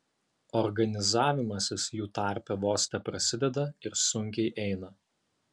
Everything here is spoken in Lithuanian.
organizavimasis jų tarpe vos teprasideda ir sunkiai eina